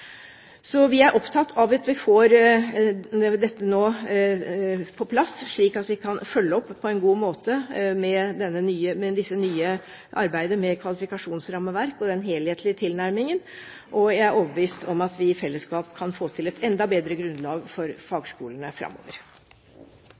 Vi er opptatt av at vi nå får dette på plass, slik at vi på en god måte kan følge opp arbeidet med kvalifikasjonsrammeverk og den helhetlige tilnærmingen, og jeg er overbevist om at vi i fellesskap kan få til et enda bedre grunnlag for